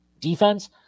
defense